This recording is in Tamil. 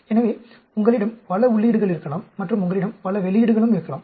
எனவே உங்களிடம் பல உள்ளீடுகள் இருக்கலாம் மற்றும் உங்களிடம் பல வெளியீடுகளும் இருக்கலாம்